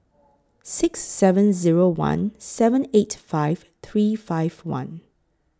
six seven Zero one seven eight five three five one